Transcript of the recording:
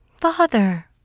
Father